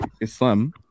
islam